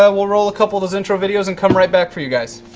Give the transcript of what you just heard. ah we'll roll a couple of those intro videos and come right back for you guys.